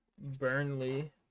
Burnley